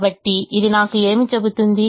కాబట్టి ఇది నాకు ఏమి చెబుతుంది